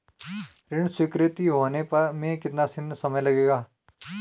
ऋण स्वीकृति होने में कितना समय लगेगा?